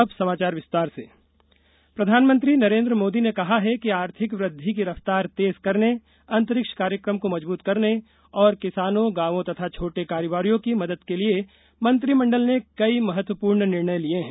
अंतरिक्ष कार्यक्रम प्रधानमंत्री नरेन्द्र मोदी ने कहा है कि आर्थिक वृद्धि की रफ्तार तेज करने अंतरिक्ष कार्यक्रम को मजबूत करने और किसानों गांवों तथा छोटे कारोबारियों की मदद के लिए मंत्रिमंडल ने कई महत्वपूर्ण निर्णय लिए हैं